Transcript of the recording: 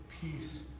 peace